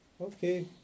Okay